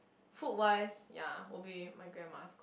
food wise ya will be my grandma's